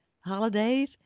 holidays